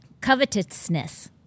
Covetousness